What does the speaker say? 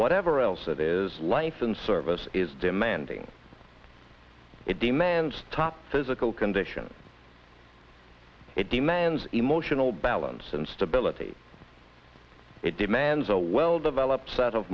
whatever else it is life in service is demanding it demands top physical condition it demands emotional balance and stability it demands a well developed set of